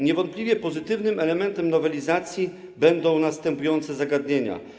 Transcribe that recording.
Niewątpliwie pozytywnym efektem nowelizacji będą następujące zagadnienia.